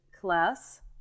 class